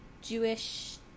Jewish